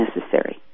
necessary